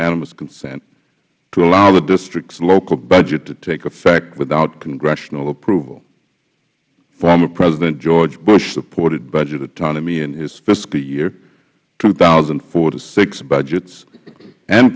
unanimous consent to allow the district's local budget to take effect without congressional approval former president george bush supported budget autonomy in his fiscal year two thousand and four to six budgets and